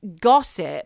gossip